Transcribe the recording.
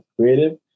creative